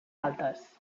altes